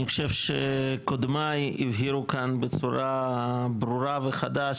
אני חושב שקודמיי הבהירו כאן בצורה ברורה וחדה,